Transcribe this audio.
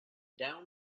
down